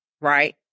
right